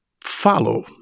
follow